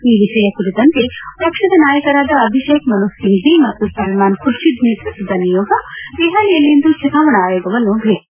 ಈ ವಿಷಯ ಕುರಿತಂತೆ ಪಕ್ಷದ ನಾಯಕರಾದ ಅಭಿಷೇಕ್ ಮನು ಸಿಂಫ್ವಿ ಮತ್ತು ಸಲ್ವಾನ್ ಖುರ್ಷಿದ್ ನೇತ್ಪತ್ತದ ನಿಯೋಗ ದೆಹಲಿಯಲ್ಲಿಂದು ಚುನಾವಣಾ ಆಯೋಗವನ್ನು ಭೇಟಿ ಮಾಡಿತ್ತು